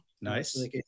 Nice